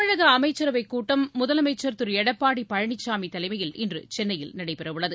தமிழக அமைச்சரவை கூட்டம் முதலமைச்சர் திரு எடப்பாடி பழனிசாமி தலைமையில் இன்று சென்னையில் நடைபெறவுள்ளது